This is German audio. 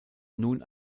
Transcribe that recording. nun